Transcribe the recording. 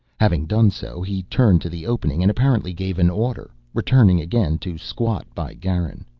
having done so, he turned to the opening and apparently gave an order, returning again to squat by garin.